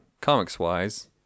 comics-wise